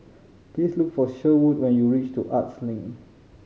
please look for Sherwood when you reach to Arts Link